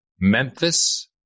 Memphis